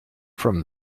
from